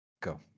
Go